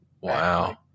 Wow